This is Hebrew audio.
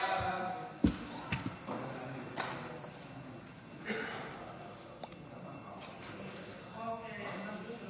ההצעה להעביר את הצעת חוק הכניסה